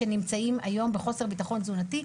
תחשבו מה קורה לנו כשדילגנו על ארוחת צהרים אחת,